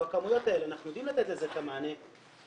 בכמויות האלה אנחנו יודעים לתת לזה את המענה כי,